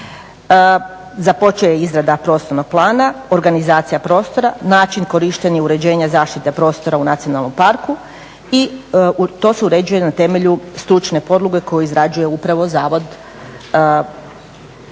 započela je izrada prostornog plana, organizacija prostora, način, korištenje i uređenje zaštite prostora u nacionalnom parku i to se uređuje na temelju stručne podloge koju izrađuje upravo Zavod za